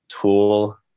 tool